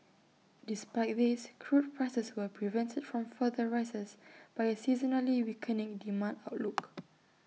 despite this crude prices were prevented from further rises by A seasonally weakening demand outlook